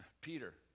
Peter